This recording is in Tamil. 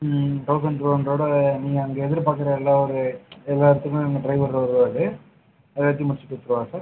ம் தெளசண்ட் டூ ஹண்ட்ரெட்டாேடு நீங்கள் எதிர்பார்க்குற அளவுக்கு எல்லா இடத்துக்குமே நம்ம டிரைவர் வருவார் எல்லாத்தையும் முடித்து கொடுத்துருவாரு சார்